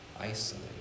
isolate